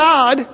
God